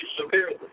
severely